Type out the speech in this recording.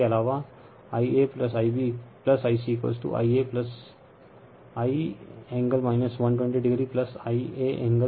इसके अलावा Ia Ib Ic Ia I angle 120o Iaएंगल 120o 0 हैं